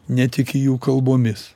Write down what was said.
netiki jų kalbomis